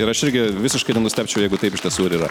ir aš irgi visiškai nenustebčiau jeigu taip iš tiesų ir yra